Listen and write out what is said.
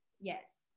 Yes